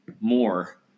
more